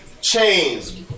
chains